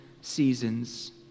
seasons